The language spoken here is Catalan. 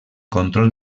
control